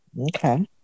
Okay